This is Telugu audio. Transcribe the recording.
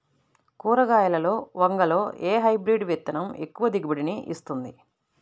కూరగాయలలో వంగలో ఏ హైబ్రిడ్ విత్తనం ఎక్కువ దిగుబడిని ఇస్తుంది?